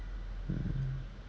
mm